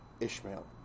Ishmael